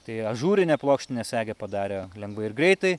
tai ažūrinę plokštinę segę padarė lengvai ir greitai